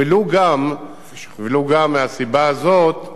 ולו גם מהסיבה הזאת,